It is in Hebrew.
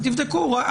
תבדקו.